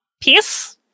peace